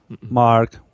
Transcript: Mark